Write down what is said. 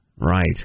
Right